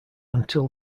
until